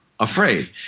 Afraid